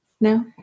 No